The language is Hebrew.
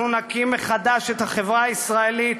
אנחנו נקים מחדש את החברה הישראלית